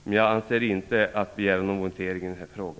Men jag avser inte att begära votering i denna fråga.